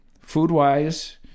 Food-wise